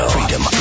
Freedom